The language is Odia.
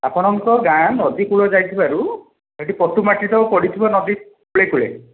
ଆପଣଙ୍କ ଗାଁ ନଦୀ କୂଳରେ ଯାଇଥିବାରୁ ସେଇଠି ପଟୁମାଟି ତ ପଡ଼ିଥିବ ନଦୀ କୂଳେ କୂଳେ